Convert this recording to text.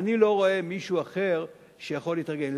אני לא רואה מישהו אחר שיכול להתארגן.